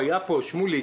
שמוליק,